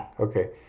Okay